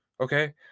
Okay